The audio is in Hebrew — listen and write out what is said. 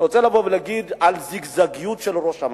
אני רוצה לבוא ולדבר על הזיגזגיות של ראש הממשלה.